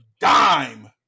dime